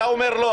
אתה אומר "לא".